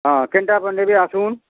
ହଁ କେନ୍ଟା ଆପଣ୍ ନେବେ ଆସୁନ୍